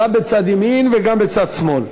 גם בצד ימין וגם בצד שמאל.